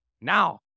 Now